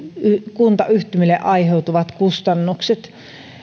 kuntayhtymille aiheutuvat kustannukset